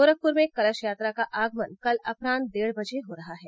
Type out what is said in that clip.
गोरखप्र में कलश यात्रा का आगमन कल अपरान्ह डेढ़ बजे हो रहा है